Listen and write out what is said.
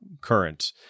current